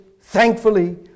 thankfully